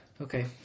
Okay